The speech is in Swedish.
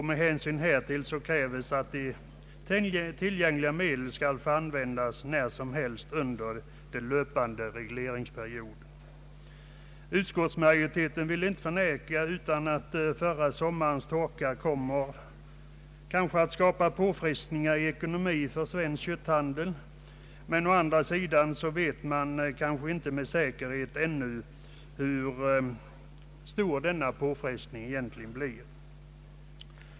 Med hänsyn härtill kräver man att tillgängliga medel skall få användas när som helst under den löpande regleringsperioden. Utskottets majoritet vill inte förneka att förra sommarens torka kan komma att skapa påfrestningar på föreningen Svensk kötthandels ekonomi, men man vet ännu inte med säkerhet hur stor denna påfrestning blir.